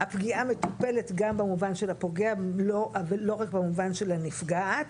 הפגיעה מטופלת גם במובן של הפוגע ולא רק במובן של הנפגעת,